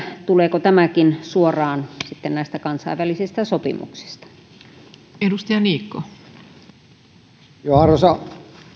tuleeko tämäkin suoraan kansainvälisistä sopimuksista arvoisa